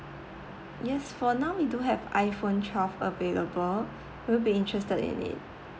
yes for now we do have iphone twelve available would you be interested in it